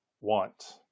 want